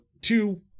two